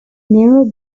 narrow